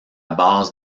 base